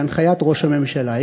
בהנחיית ראש הממשלה,